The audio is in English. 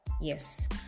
Yes